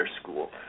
school